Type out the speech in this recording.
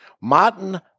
Martin